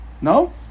No